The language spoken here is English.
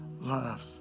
loves